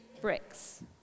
bricks